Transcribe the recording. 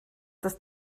das